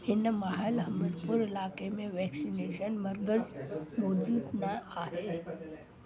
हिन महिल हमीरपुर इलाइके में वैक्सनेशन मर्कज़ मौज़ूदु न आहे